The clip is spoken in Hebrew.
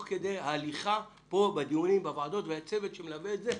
כדי הליכה פה בדיונים בוועדות והצוות שמלווה את זה.